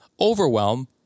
overwhelm